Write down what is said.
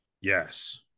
yes